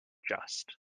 just